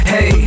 Hey